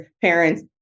parents